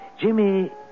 Jimmy